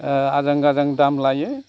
आजां गाजां दाम लायो